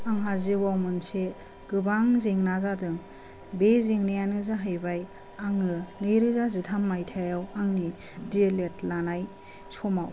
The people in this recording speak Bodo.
आंहा जिउआव मोनसे गोबां जेंना जादों बे जेंनायानो जाहैबाय आङो नै रोजा जिथाम माइथायाव आंनि दि एल एद लानाय समाव